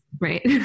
right